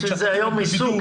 או שזה היום עיסוק,